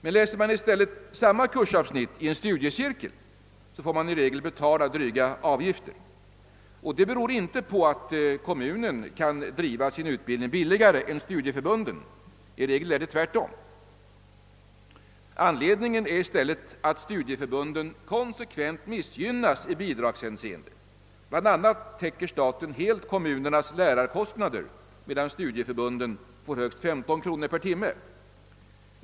Men läser man samma kursavsnitt i en studiecirkel, får man i regel betala dryga avgifter. Det beror inte på att kommunen kan driva sin utbildning billigare än studieförbunden. I regel är det tvärtom. Anledningen är i stället att studieförbunden konsekvent missgynnas i bidragshänseende. Bland annat täcker staten helt kommunernas lärarkostnader, medan studieförbunden får högst 15 kronor per timme.